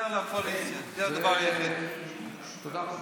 תודה רבה.